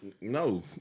No